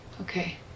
okay